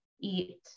eat